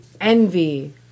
envy